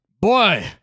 Boy